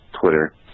Twitter